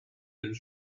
del